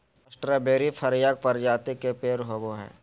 strawberry Fragaria प्रजाति के पेड़ होव हई